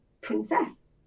princess